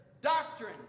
Doctrine